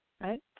right